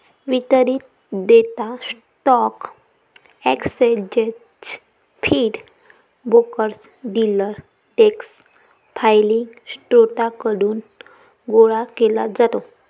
वितरित data stock exchange feed, brokers, dealer desk filing स्त्रोतांकडून गोळा केला जातो